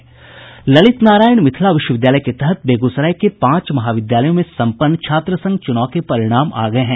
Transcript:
ललित नारायण मिथिला विश्वविद्यालय के तहत बेगूसराय के पांच महाविद्यालयों में सम्पन्न छात्र संघ चुनाव के परिणाम आ गये हैं